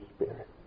Spirit